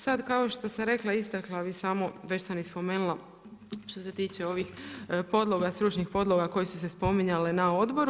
Sad, kao što sam rekla, istakla bi samo već sam i spomenula što se tiče ovih podloga, stručnih podloga koje su se spominjale na odboru.